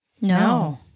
No